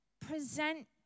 present